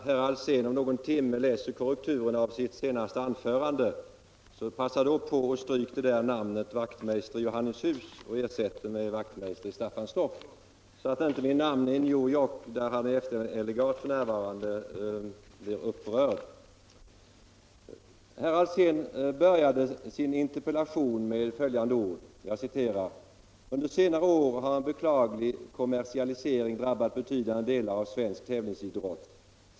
Herr talman! Herr Alsén började sin interpellation med följande ord: ”Under senare år har en beklaglig kommersialisering drabbat betydande delar av svensk tävlingsidrott.